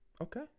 okay